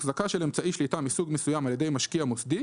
החזקה של אמצעי שליטה מסוים על ידי משקיע מוסדי,